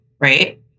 right